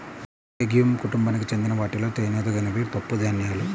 legume కుటుంబానికి చెందిన వాటిలో తినదగినవి పప్పుధాన్యాలు